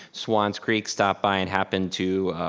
swans creek, stopped by and happened to,